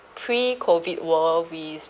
pre COVID world we